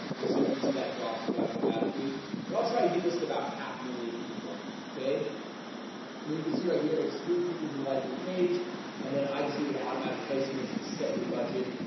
and so you can see that drop to down dramatically but i'll try to get this about a half million people okay now you can see right here exclude people who like your page and then i just leave it automatic placements set your budget,